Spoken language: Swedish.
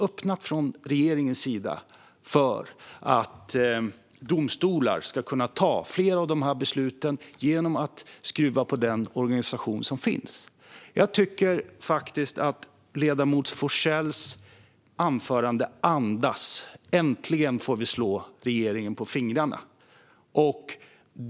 Vi har från regeringens sida öppnat för att domstolar ska kunna ta fler av de här besluten genom att man skruvar i den organisation som finns. Jag tycker faktiskt att ledamoten Forssells anförande andas: Äntligen får vi slå regeringen på fingrarna!